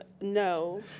no